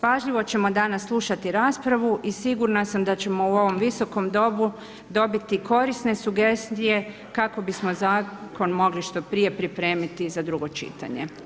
Pažljivo ćemo danas slušati raspravu i sigurna sam da ćemo u ovom Viskom domu dobiti korisne sugestije kako bismo zakon mogli što prije pripremiti za drugo čitanje.